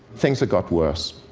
things had gotten worse.